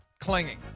clinging